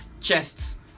chests